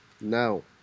No